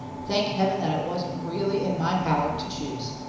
thank heaven that it wasn't really in my power to choose!